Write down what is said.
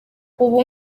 ubu